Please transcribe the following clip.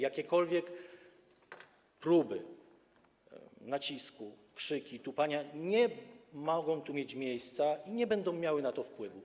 Jakiekolwiek próby nacisku, krzyki, tupanie nie mogą tu mieć miejsca i nie będą miały na to wpływu.